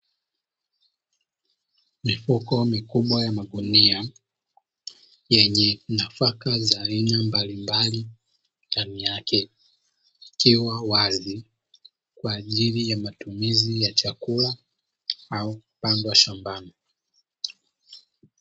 Mifuko mikubwa ya magunia yenye nafaka za aina mbalimbali ndani yake, ikiwa wazi kwa ajili ya matumizi ya chakula au kupandwa shambani.